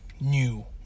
New